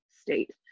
state